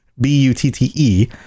B-U-T-T-E